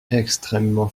extrêmement